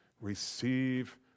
Receive